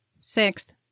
Sixth